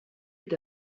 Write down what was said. est